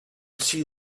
see